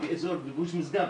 ובאזור גוש משגב